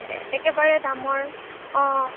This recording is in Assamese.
এ একেবাৰে দামৰ